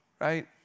right